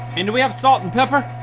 and do we have salt and pepper?